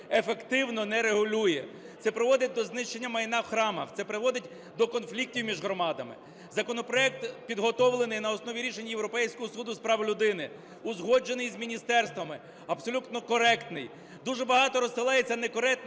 ефективно не регулює. Це приводить до знищення майна в храмах, це приводить до конфліктів між громадами. Законопроект підготовлений на основі рішень Європейського суду з прав людини, узгоджений з міністерствами, абсолютно коректний. Дуже багато розсилається некоректних